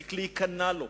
להפסיק להיכנע לו,